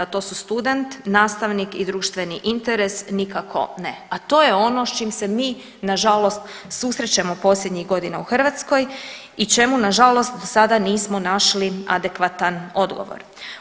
To su student, nastavnik i društveni interes, nikako ne, a to je ono s čim se mi nažalost susrećemo posljednjih godina u Hrvatskoj i čemu nažalost do sada nismo našli adekvatan odgovor.